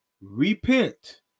repent